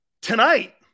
Tonight